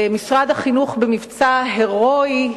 משרד החינוך, במבצע הירואי,